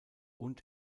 und